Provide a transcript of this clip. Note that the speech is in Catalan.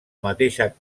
mateixa